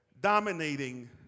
dominating